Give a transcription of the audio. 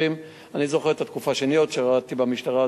אני זוכר את התקופה שאני עוד שירתי במשטרה,